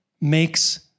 makes